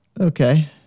Okay